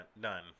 done